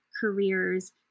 careers